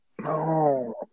No